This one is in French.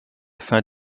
fin